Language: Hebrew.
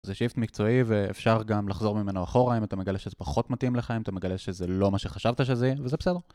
זה שיפט מקצועי ואפשר גם לחזור ממנו אחורה אם אתה מגלה שזה פחות מתאים לך, אם אתה מגלה שזה לא מה שחשבת שזה, וזה בסדר